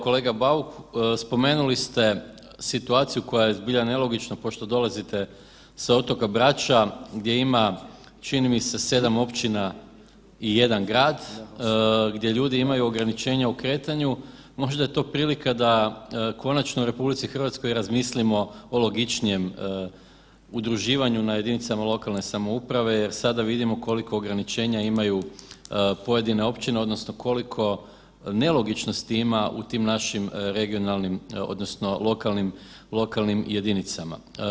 Kolega Bauk, spomenuli ste situaciju koja je zbilja nelogična pošto dolazite s otoka Brača gdje ima čini mi se 7 općina i 1 grad, gdje ljudi imaju ograničenja u kretanju, možda je to prilika da konačno u RH razmislimo o logičnijem udruživanju na jedinicama lokalne samouprave jer sada vidimo koliko ograničenja imaju pojedine općine odnosno koliko nelogičnosti ima u tim našim regionalnim odnosno lokalnim, lokalnim jedinicama.